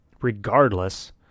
regardless